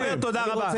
סיימת לדבר, תודה רבה.